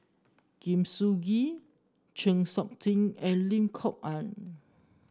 Sun Gee Chng Seok Tin and Lim Kok Ann